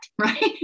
right